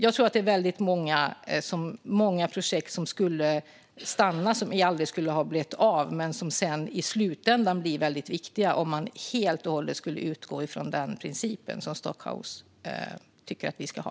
Jag tror att det är väldigt många projekt som skulle stanna och aldrig bli av, men som i slutändan skulle ha blivit väldigt viktiga, om man helt och hållet skulle utgå från den princip som Stockhaus tycker att vi ska ha.